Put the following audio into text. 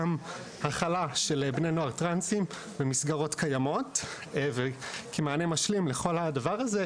גם הכלה של בני נוער טרנסים במסגרות קיימות וכמענה משלים לכל הדבר הזה,